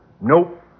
Nope